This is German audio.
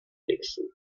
dixon